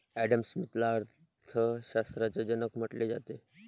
Adam स्मिथला अर्थ शास्त्राचा जनक म्हटले जाते